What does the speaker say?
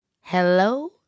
Hello